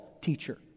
teacher